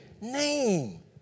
name